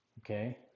Okay